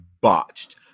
botched